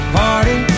party